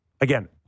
again